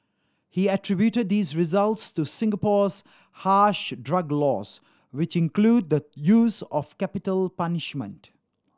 he attributed these results to Singapore's harsh drug laws which include the use of capital punishment